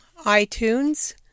iTunes